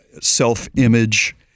self-image